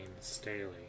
Staley